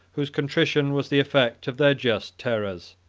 whose contrition was the effect of their just terrors.